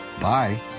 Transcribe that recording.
Bye